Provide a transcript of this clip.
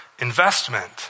investment